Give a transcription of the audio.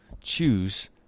Choose